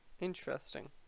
Interesting